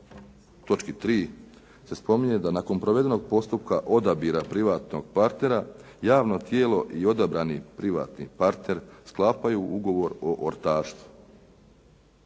točki 3. se spominje da nakon provedenog postupka odabira privatnog partnera javno tijelo i odabrani privatni partner sklapaju ugovor o ortaštvu.